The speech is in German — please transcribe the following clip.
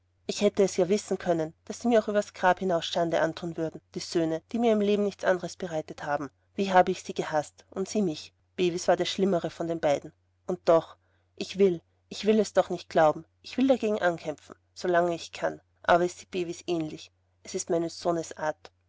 ich hätte es ja wissen können daß sie mir auch übers grab hinaus schande anthun würden die söhne die mir im leben nichts andres bereitet haben wie habe ich sie gehaßt und sie mich bevis war der schlimmere von den beiden und doch ich will ich will es noch nicht glauben ich will dagegen ankämpfen solange ich kann aber es sieht bevis ähnlich es ist meines sohnes art